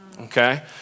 okay